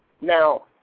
Now